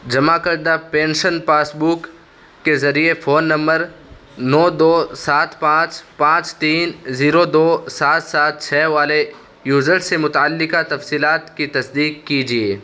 جمع کردہ pension passbook کے ذریعے فون نمبر نو دو سات پانچ پانچ تین زیرو دو سات سات چھ والے یوزر سے متعلقہ تفصیلات کی تصدیق کیجیے